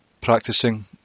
practicing